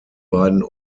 beiden